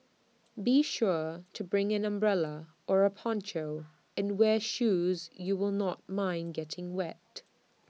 be sure to bring an umbrella or A poncho and wear shoes you will not mind getting wet